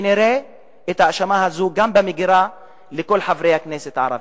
כנראה את ההאשמה הזאת יש במגירה גם לכל חברי הכנסת הערבים.